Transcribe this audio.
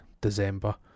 December